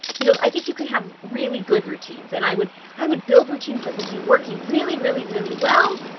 you know, i think you could have really good routines. and i would i would build routines that would be working really, really, really well,